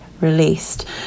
released